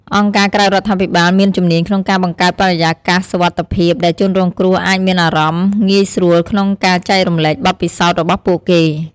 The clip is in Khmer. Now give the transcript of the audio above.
អង្គការក្រៅរដ្ឋាភិបាលមានជំនាញក្នុងការបង្កើតបរិយាកាសសុវត្ថិភាព ដែលជនរងគ្រោះអាចមានអារម្មណ៍ងាយស្រួលក្នុងការចែករំលែកបទពិសោធន៍របស់ពួកគេ។